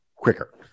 Quicker